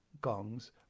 gongs